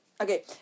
Okay